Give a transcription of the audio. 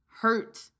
hurt